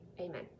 amen